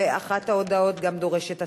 ואחת ההודעות גם דורשת הצבעה.